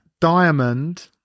Diamond